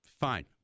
fine